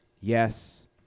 Yes